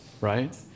right